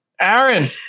Aaron